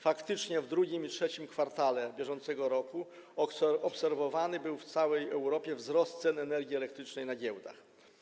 Faktycznie, w II i III kwartale br. obserwowany był w całej Europie wzrost cen energii elektrycznej na giełdach.